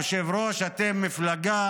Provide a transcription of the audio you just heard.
היושב-ראש, אתם מפלגה